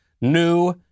new